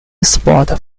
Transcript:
sport